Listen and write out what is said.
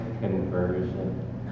conversion